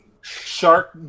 shark